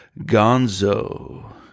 Gonzo